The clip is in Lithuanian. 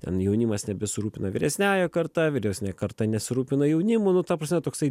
ten jaunimas nebesirūpina vyresniąja karta vyresnė karta nesirūpina jaunimu nu ta prasme toksai